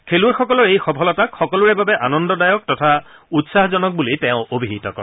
খেলুৱৈসকলৰ এই সফলতাক সকলোৰে বাবে আনন্দদায়ক তথা উৎসাহজনক বুলি তেওঁ অভিহিত কৰে